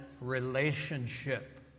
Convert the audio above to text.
relationship